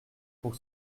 pour